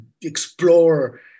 explore